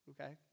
Okay